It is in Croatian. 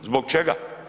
Zbog čega?